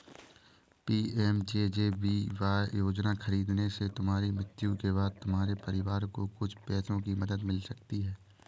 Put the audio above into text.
PMJJBY योजना खरीदने से तुम्हारी मृत्यु के बाद तुम्हारे परिवार को कुछ पैसों की मदद मिल सकती है